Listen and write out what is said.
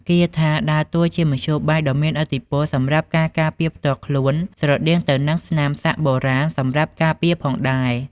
គាថាដើរតួជាមធ្យោបាយដ៏មានឥទ្ធិពលសម្រាប់ការការពារផ្ទាល់ខ្លួន ស្រដៀងទៅនឹងស្នាមសាក់បុរាណសម្រាប់ការពារផងដែរ។